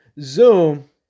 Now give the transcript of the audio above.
Zoom